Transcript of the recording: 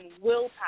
willpower